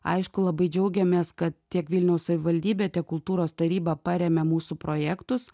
aišku labai džiaugiamės kad tiek vilniaus savivaldybė tiek kultūros taryba parėmė mūsų projektus